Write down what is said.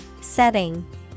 Setting